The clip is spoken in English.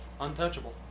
Untouchable